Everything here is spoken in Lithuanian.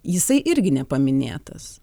jisai irgi nepaminėtas